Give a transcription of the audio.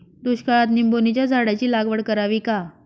दुष्काळात निंबोणीच्या झाडाची लागवड करावी का?